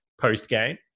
post-game